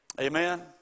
Amen